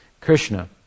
Krishna